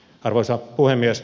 arvoisa puhemies